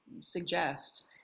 suggest